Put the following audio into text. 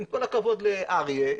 עם כל הכבוד לאריה,